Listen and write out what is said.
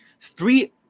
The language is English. Three